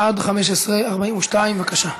עד 15:42, בבקשה.